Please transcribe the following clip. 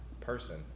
person